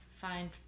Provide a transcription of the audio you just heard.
find